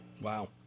Wow